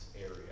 area